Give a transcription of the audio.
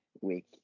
week